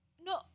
no